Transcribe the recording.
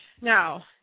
Now